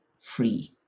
free